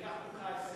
כי אני אקח ממך את,